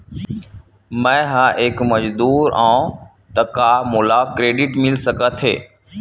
मैं ह एक मजदूर हंव त का मोला क्रेडिट मिल सकथे?